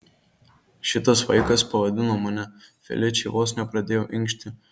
šitas vaikas pavadino mane feličė vos nepradėjo inkšti